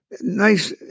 nice